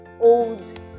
Old